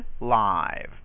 live